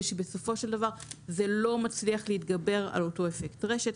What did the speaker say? ובסופו של דבר זה לא מצליח להתגבר על אותו אפקט רשת.